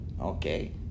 Okay